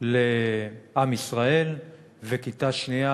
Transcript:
לעם ישראל וכיתה שנייה,